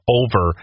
over